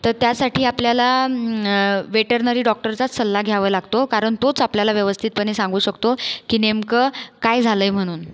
तर त्यासाठी आपल्याला वेटरनरी डॉक्टरचाच सल्ला घ्यावा लागतो कारण तोच आपल्याला व्यवस्थितपणे सांगू शकतो की नेमकं काय झालंय म्हणून